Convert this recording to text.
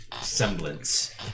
semblance